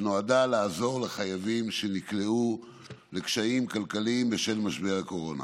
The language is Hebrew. שנועדה לעזור לחייבים שנקלעו לקשיים כלכליים בשל משבר הקורונה.